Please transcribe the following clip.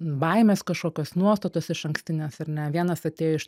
baimės kažkokios nuostatos išankstinės ar ne vienas atėjo iš